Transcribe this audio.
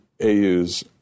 AU's